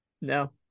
No